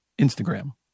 Instagram